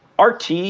RT